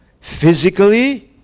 physically